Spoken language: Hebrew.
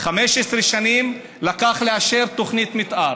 15 שנים לקח לאשר תוכנית מתאר.